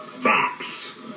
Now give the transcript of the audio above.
Facts